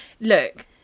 Look